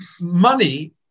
money